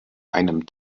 einem